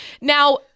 Now